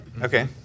Okay